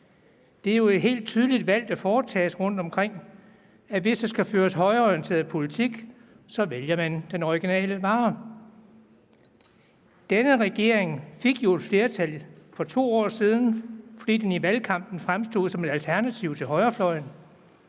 Det er jo et helt tydeligt valg, der foretages rundtomkring, nemlig at hvis der skal føres højreorienteret politik, vælger man den originale vare. Denne regering fik jo flertallet for 2 år siden, fordi den i valgkampen fremstod som et alternativ til højrefløjen.